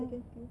second skill